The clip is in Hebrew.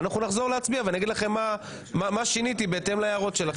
ואנחנו נחזור להצביע ואני אגיד לכם מה שיניתי בהתאם להערות שלכם.